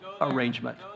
arrangement